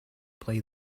play